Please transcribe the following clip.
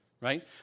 Right